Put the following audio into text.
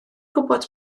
gwybod